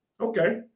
Okay